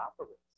operates